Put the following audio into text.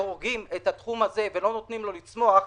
אם אנחנו הורגים את התחום הזה ולא נותנים לו לצמוח,